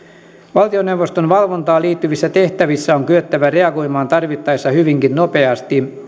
valtioneuvoston valvontaan liittyvissä tehtävissä on kyettävä reagoimaan tarvittaessa hyvinkin nopeasti